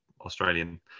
Australian